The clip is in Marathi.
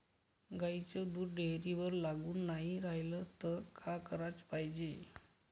गाईचं दूध डेअरीवर लागून नाई रायलं त का कराच पायजे?